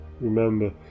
remember